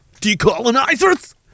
Decolonizers